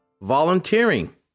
volunteering